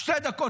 שתי דקות,